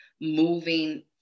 moving